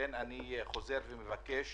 אני חוזר ומבקש